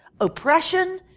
oppression